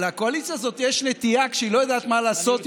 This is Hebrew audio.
לקואליציה הזאת יש נטייה שכשהיא לא יודעת מה לעשות,